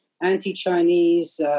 anti-Chinese